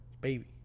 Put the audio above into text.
baby